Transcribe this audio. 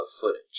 footage